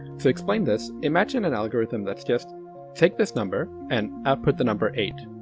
to explain this, imagine an algorithm that's just take this number and output the number eight,